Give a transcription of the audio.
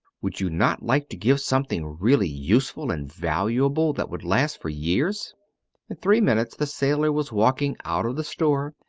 would you not like to give something really useful and valuable that would last for years? in three minutes the sailor was walking out of the store,